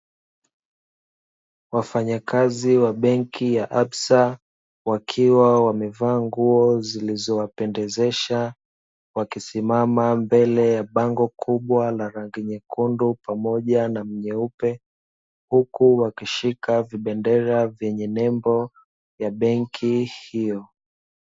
Wafanya kazi wa benki ya Absa, wakiwa wa mevaa nguo zilizo wa pendezesha, wakisimama mbele ya bango kubwa la rangi nyekundu pamoja na nyeupe, Huku wakishika vibendela vyenye nembo ya Benki hiyo.